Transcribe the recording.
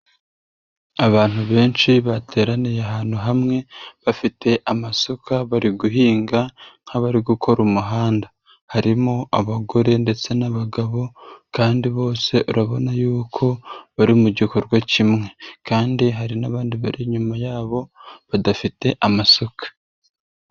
Abantu benshi bateraniye ahantu hamwe bafite amasuka bari guhinga nk'abari gukora umuhanda. Harimo abagore ndetse n'abagabo, kandi bose urabona yuko bari mu gikorwa kimwe, kandi hari n'abandi bari inyuma yabo badafite amasuka.